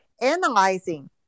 analyzing